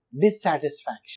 Dissatisfaction